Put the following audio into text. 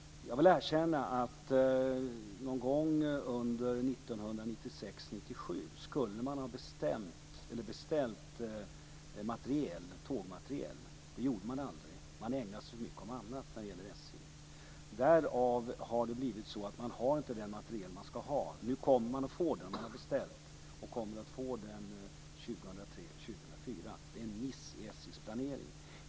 Jag vill erkänna att man någon gång under åren 1996-1997 skulle ha beställt tågmateriel. Det gjorde man aldrig. Man ägnade sig åt mycket annat när det gällde SJ. Därav har det blivit så att man inte har den materiel som man ska ha. Nu kommer man att få materiel - den är beställd och man kommer att få den under åren 2003-2004. Detta är en miss i SJ:s planering.